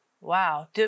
Wow